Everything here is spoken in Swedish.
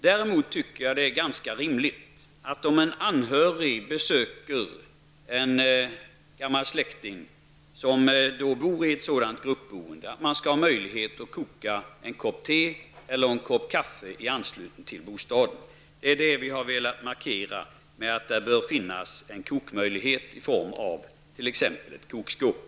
Däremot tycker jag att det är ganska rimligt, att man om en anhörig besöker en gammal släkting som bor på ett sådant här sätt, skall ha möjlighet att koka en kopp te eller kaffe i anslutning till bostaden. Det är detta som vi har velat markera med att det bör finnas en kokmöjlighet i form av t.ex. ett kokskåp.